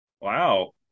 Wow